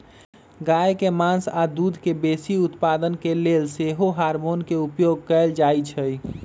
गाय के मास आऽ दूध के बेशी उत्पादन के लेल सेहो हार्मोन के उपयोग कएल जाइ छइ